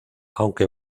aunque